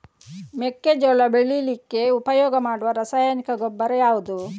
ಮೆಕ್ಕೆಜೋಳ ಬೆಳೀಲಿಕ್ಕೆ ಉಪಯೋಗ ಮಾಡುವ ರಾಸಾಯನಿಕ ಗೊಬ್ಬರ ಯಾವುದು?